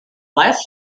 last